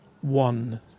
one